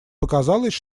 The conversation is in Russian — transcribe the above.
показалось